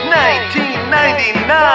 1999